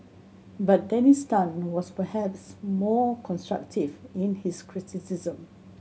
but Dennis Tan was perhaps more constructive in his criticism